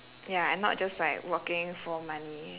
ya and not just like working for money